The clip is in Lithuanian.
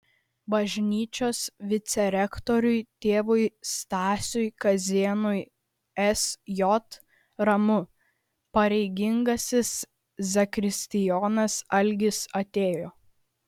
bažnyčios vicerektoriui tėvui stasiui kazėnui sj ramu pareigingasis zakristijonas algis atėjo